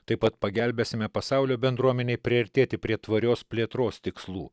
taip pat pagelbėsime pasaulio bendruomenei priartėti prie tvarios plėtros tikslų